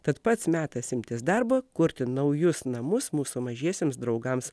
tad pats metas imtis darbo kurti naujus namus mūsų mažiesiems draugams